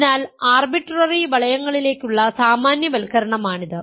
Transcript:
അതിനാൽ ആർബിട്രറി വളയങ്ങളിലേക്കുള്ള സാമാന്യവൽക്കരണമാണിത്